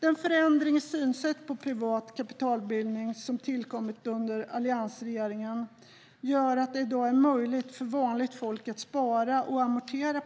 Den förändring i synsätt på privat kapitalbildning som tillkommit under alliansregeringen gör att det i dag är möjligt för vanligt folk att spara och amortera